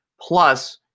Plus